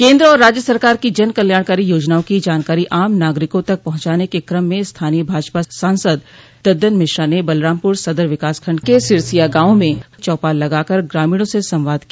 केन्द्र और राज्य सरकार की जन कल्याणकारी योजनाओं की जानकारी आम नागरिकों तक पहुंचाने के क्रम में स्थानीय भाजपा सांसद दद्दन मिश्रा ने बलरामपुर सदर विकासखंड के सिरसिया गांव में चौपाल लगाकर ग्रामीणों से संवाद किया